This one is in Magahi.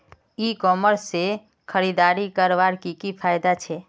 ई कॉमर्स से खरीदारी करवार की की फायदा छे?